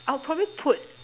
I would probably put